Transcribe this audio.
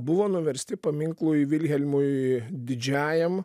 buvo nuversti paminklai vilhelmui didžiajam